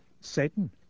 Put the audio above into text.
Satan